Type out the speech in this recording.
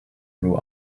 grew